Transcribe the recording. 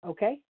Okay